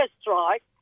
strike